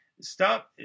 stop